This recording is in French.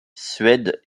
suède